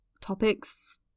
topics